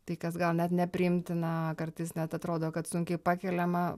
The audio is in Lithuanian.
tai kas gal net nepriimtina kartais net atrodo kad sunkiai pakeliama